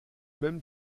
même